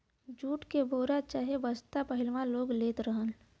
jute के बोरा चाहे बस्ता पहिलवां लोग लेत रहलन